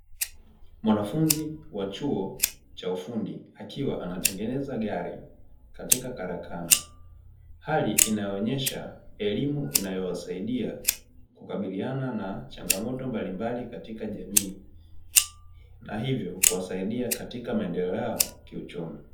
Mwanafunzi wa chuo cha ufundi akiwa anatengeneza gari katika karakana, hali inayoonyesha elimu inayowasaidia kukabiliana na changamoto mbalimbali katika jamii na hivyo kuwasaidia katika maendeleo yao, ya kiuchumi.